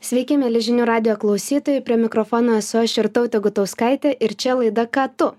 sveiki mieli žinių radijo klausytojai prie mikrofono esu aš jūrtautė gutauskaitė ir čia laida ką tu